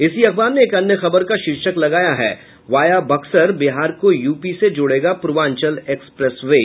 इसी अखबार ने एक अन्य खबर का शीर्षक लगाया है वाया बक्सर बिहार को यूपी से जोड़ेगा पूर्वांचल एक्सप्रेस वे